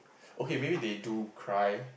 okay maybe they do cry